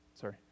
Sorry